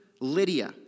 Lydia